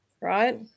right